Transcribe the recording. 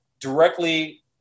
directly